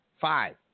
five